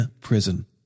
prison